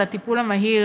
על הטיפול המהיר,